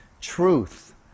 Truth